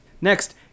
Next